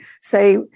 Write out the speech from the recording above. say